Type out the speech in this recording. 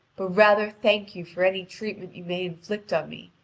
but rather thank you for any treatment you may inflict on me,